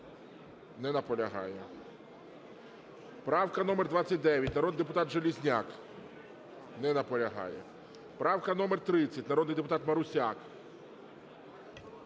Не наполягає. Правка номер 29, народний депутат Железняк. Не наполягає. Правка номер 30, народний депутат Марусяк.